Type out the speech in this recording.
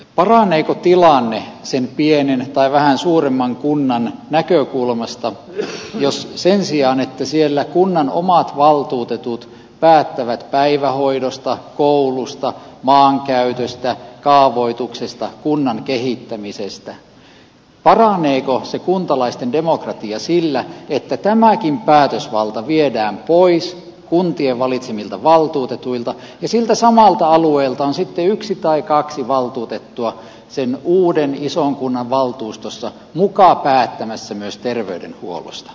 paraneeko tilanne sen pienen tai vähän suuremman kunnan näkökulmasta jos sen sijaan että siellä kunnan omat valtuutetut päättävät päivähoidosta koulusta maankäytöstä kaavoituksesta kunnan kehittämisestä paraneeko se kuntalaisten demokratia sillä tämäkin päätösvalta viedään pois kuntien valitsemilta valtuutetuilta ja siltä samalta alueelta on sitten yksi tai kaksi valtuutettua sen uuden ison kunnan valtuustossa muka päättämässä myös terveydenhuollosta